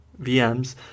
VMs